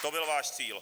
To byl váš cíl.